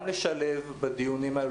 גם לשלב בדיונים האלה,